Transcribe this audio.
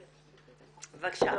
בבקשה.